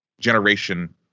generation